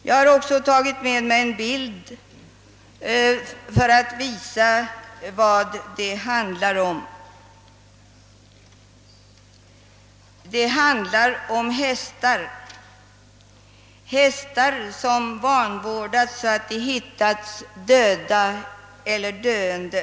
Jag vill också visa en bild; det handlar om hästar som vanvårdats så att de hittats döda eller döende.